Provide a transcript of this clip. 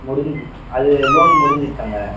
முடிஞ்சு அது லோன் முடிஞ்சுருச்சாங்க